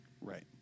Right